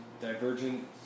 Divergent